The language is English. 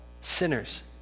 sinners